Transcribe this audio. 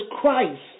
Christ